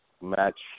match